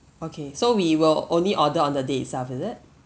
okay so we will only order on the day itself is it